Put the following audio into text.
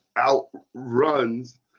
outruns